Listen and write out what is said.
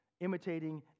imitating